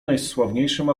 najsławniejszym